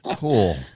Cool